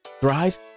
thrive